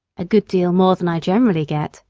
a good deal more than i generally get,